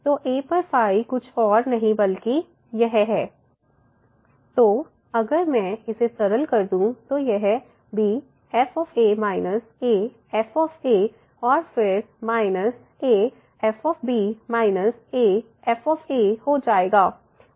तो a पर कुछ और नहीं बल्कि fa fb f ab aa तो अगर मैं इसे सरल कर दूं तो यह b f a f और फिर minus a f a f हो जाएगा